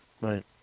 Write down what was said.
right